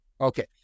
Okay